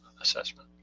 assessment